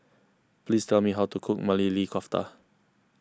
please tell me how to cook Maili Kofta